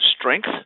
strength